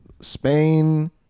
Spain